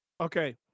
Okay